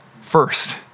first